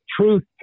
truth